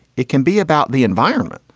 it can be about the environment.